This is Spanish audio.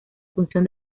función